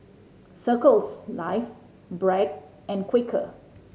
Circles Life Bragg and Quaker